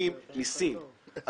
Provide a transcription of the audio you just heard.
בקבוקים מסין,